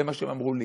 זה מה שאמרו לי,